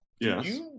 Yes